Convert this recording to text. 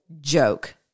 joke